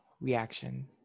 reaction